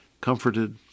comforted